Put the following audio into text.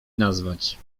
nazwać